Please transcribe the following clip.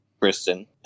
Kristen